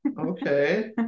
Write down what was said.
okay